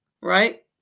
right